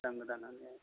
गोदान गोदानानो